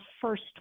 first